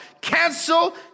Cancel